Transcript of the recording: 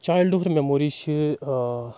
childhood memories چھِ اۭں